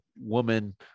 woman